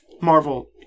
Marvel